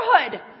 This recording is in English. neighborhood